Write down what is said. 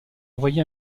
envoyé